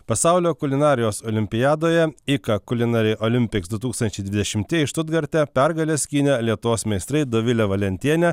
pasaulio kulinarijos olimpiadoje ika culinary olympics du tūkstančiai dvidešimtieji štutgarte pergales skynę lietuvos meistrai dovilė valentienė